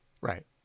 Right